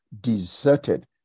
deserted